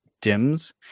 dims